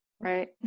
right